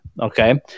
okay